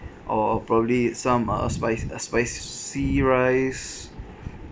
or probably some uh spice uh spicy rice